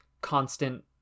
constant